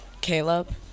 Caleb